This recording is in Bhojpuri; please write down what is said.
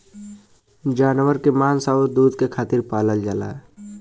जानवर के मांस आउर दूध के खातिर पालल जाला